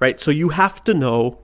right? so you have to know